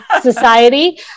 society